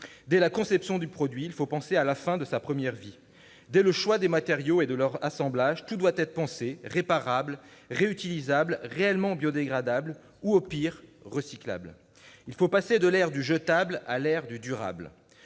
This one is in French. Dès la conception du produit, il faut penser à la fin de sa première vie. Dès le choix des matériaux et de leur assemblage, tout doit être pensé réparable, réutilisable, réellement biodégradable ou, au pire, recyclable. Il faut passer de l'ère du jetable à l'ère du durable.